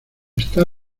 esta